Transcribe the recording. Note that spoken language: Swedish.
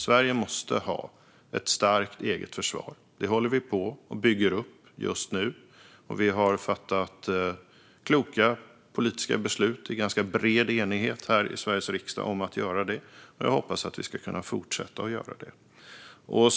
Sverige måste ha ett starkt eget försvar. Det håller vi på att bygga upp just nu, och vi har fattat kloka politiska beslut i ganska bred enighet här i Sveriges riksdag om att göra det. Jag hoppas att vi också ska kunna fortsätta att göra det.